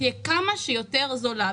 תהיה כמה שיותר זולה.